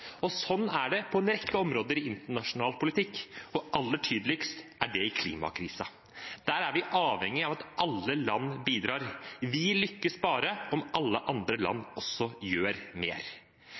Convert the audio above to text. Sånn er det på en rekke områder i internasjonal politikk, og aller tydeligst er det i klimakrisen. Der er vi avhengig av at alle land bidrar. Vi lykkes bare hvis alle andre